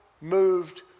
moved